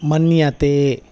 मन्यते